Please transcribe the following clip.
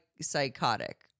psychotic